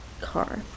car